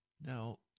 Now